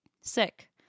Sick